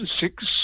six